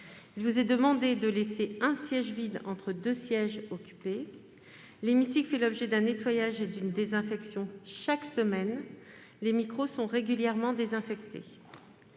Il vous est demandé de laisser un siège vide entre deux sièges occupés. L'hémicycle fait l'objet d'un nettoyage et d'une désinfection chaque semaine ; les micros sont régulièrement désinfectés.